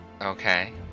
Okay